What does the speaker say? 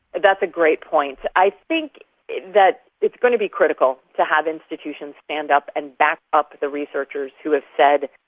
that's a great point. i think that it's going to be critical to have institutions stand up and back up the researchers who have said,